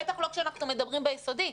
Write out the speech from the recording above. בטח לא כשאנחנו מדברים ביסודי.